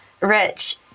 rich